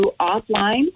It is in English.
offline